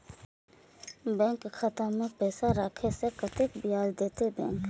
Bank खाता में पैसा राखे से कतेक ब्याज देते बैंक?